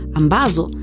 ambazo